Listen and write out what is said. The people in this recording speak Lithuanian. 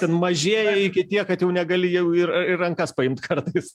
ten mažėja iki tiek kad jau negali jau ir į rankas paimt kartais